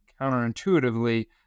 counterintuitively